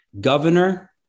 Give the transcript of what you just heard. governor